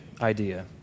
idea